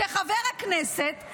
שחבר הכנסת,